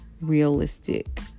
realistic